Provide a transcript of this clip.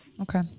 okay